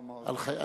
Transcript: אני עוד לא אמרתי.